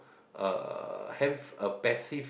uh have a passive